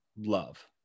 love